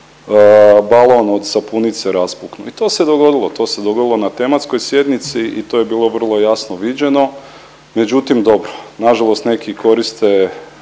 balon od sapunice raspukne. I to se dogodilo, to se dogodilo na tematskoj sjednici i to je bilo vrlo jasno viđeno. Međutim, dobro nažalost neki koriste